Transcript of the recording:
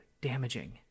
damaging